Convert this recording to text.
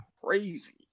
Crazy